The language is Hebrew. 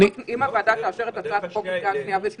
מנת להשיג את שתי המטרות האלו,